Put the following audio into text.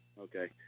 okay